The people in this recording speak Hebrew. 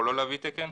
יכול לא להביא תקן,